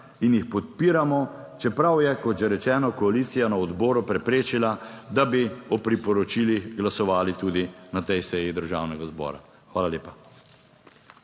in jih podpiramo, čeprav je, kot že rečeno, koalicija na odboru preprečila, da bi o priporočilih glasovali tudi na tej seji Državnega zbora. Hvala lepa.